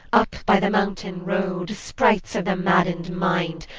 up by the mountain road, sprites of the maddened mind,